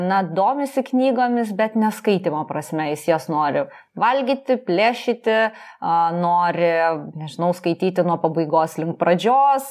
na domisi knygomis bet ne skaitymo prasme jis jas nori valgyti plėšyti a nori nežinau skaityti nuo pabaigos link pradžios